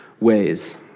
ways